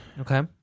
Okay